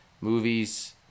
movies